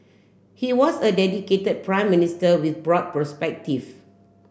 he was a dedicated Prime Minister with broad perspective